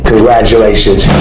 Congratulations